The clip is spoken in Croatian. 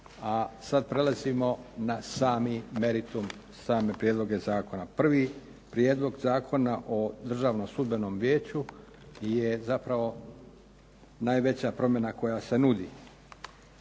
A sad prelazimo na sami meritum, same prijedloge zakona. Prvi Prijedlog zakona o Državnom sudbenom vijeću je zapravo najveća promjena koja se nudi.